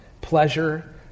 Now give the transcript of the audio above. pleasure